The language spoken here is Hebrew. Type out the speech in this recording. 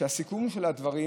כשהסיכום של הדברים,